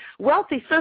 Wealthy